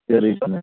ചെറിയ ചുമ